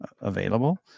available